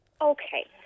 okay